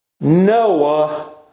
Noah